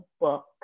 book